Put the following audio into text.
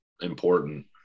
important